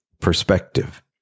perspective